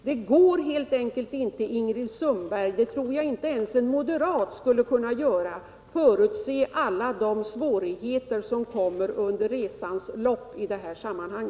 Det går helt enkelt inte, Ingrid Sundberg — det tror jag inte ens en moderat skulle kunna göra — att förutse alla svårigheter som kommer under resans lopp i detta sammanhang.